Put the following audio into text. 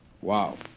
Wow